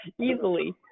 Easily